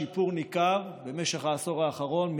שיפור ניכר במשך העשור האחרון,